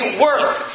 worth